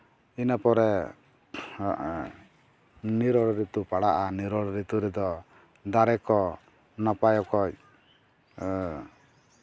ᱤᱱᱟᱹ ᱯᱚᱨᱮ ᱱᱤᱨᱚᱱ ᱨᱤᱛᱩ ᱯᱟᱲᱟᱜᱼᱟ ᱱᱤᱨᱚᱱ ᱨᱤᱛᱩ ᱨᱮᱫᱚ ᱫᱟᱨᱮ ᱠᱚ ᱱᱟᱯᱟᱭ ᱚᱠᱚᱡ